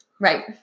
Right